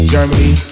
Germany